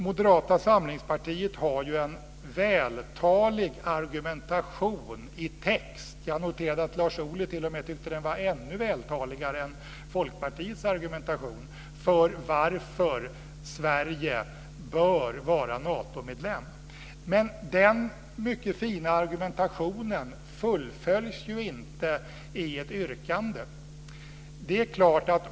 Moderata samlingspartiet har ju en vältalig argumentation i text. Jag noterade att Lars Ohly t.o.m. tyckte att den var ännu vältaligare än Folkpartiets argumentation för varför Sverige bör vara Natomedlem. Men den mycket fina argumentationen fullföljs ju inte i ett yrkande.